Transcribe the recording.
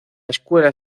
escuela